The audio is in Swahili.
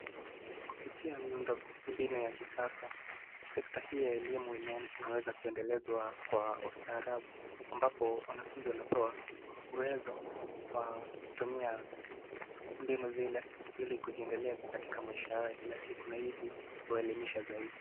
Kupitia miundo mbinu ya kisasa, sekta hii ya elimu imeweza kuendelezwa kwa ustarabu ambapo wanafunzi wanapewa uwezo wa kutumia mbinu zile ili kujiendeleza katika maisha yao ya kila siku na ili kuwaelimisha zaidi.